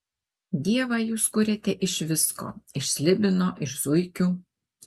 dievą jūs kuriate iš visko iš slibino iš zuikių